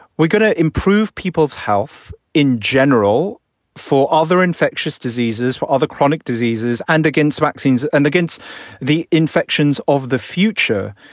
we're going to improve people's health in general for other infectious diseases or other chronic diseases and against vaccines and against the infections of the future.